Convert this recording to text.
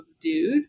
dude